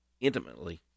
intimately